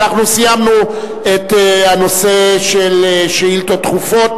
אנחנו סיימנו את הנושא של שאילתות דחופות